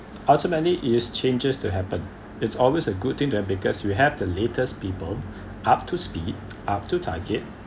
ultimately is changes to happen it's always a good thing to have because you have the latest people up to speed up to target